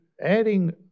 adding